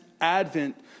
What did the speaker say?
advent